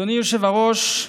אדוני היושב-ראש,